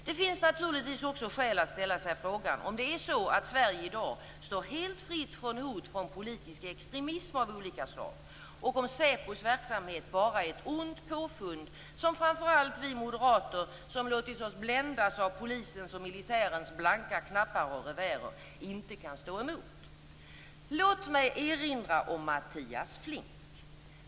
Det finns naturligtvis också skäl att ställa sig frågan om Sverige i dag står helt fritt från hot från politisk extremism av olika slag och om SÄPO:s verksamhet bara är ett ont påfund som framför allt vi moderater, som låtit oss bländas av polisens och militärens blanka knappar och revärer, inte kan stå emot. Låt mig erinra kammaren om Mattias Flink.